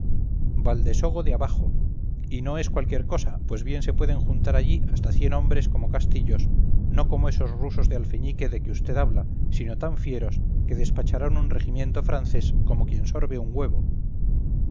vd valdesogo de abajo y no es cualquier cosa pues bien se pueden juntar allí hasta cien hombres como castillos no como esos rusos de alfeñique de que vd habla sino tan fieros que despacharán un regimiento francés como quien sorbe un huevo